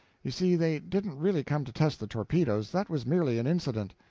you see they didn't really come to test the torpedoes that was merely an incident.